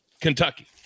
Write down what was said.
Kentucky